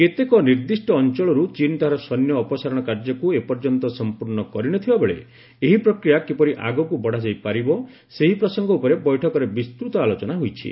କେତେକ ନିର୍ଦ୍ଧିଷ୍ଟ ଅଞ୍ଚଳରୁ ଚୀନ୍ ତାହାର ସୈନ୍ୟ ଅପସାରଣ କାର୍ଯ୍ୟକୁ ଏପର୍ଯ୍ୟନ୍ତ ସମ୍ପୂର୍ଣ୍ଣ କରିନଥିବା ବେଳେ ଏହି ପ୍ରକ୍ରିୟା କିପରି ଆଗକୁ ବଡ଼ାଯାଇପାରିବ ସେହି ପ୍ରସଙ୍ଗ ଉପରେ ବୈଠକରେ ବିସ୍ତୂତ ଆଲୋଚନା ହୋଇଛି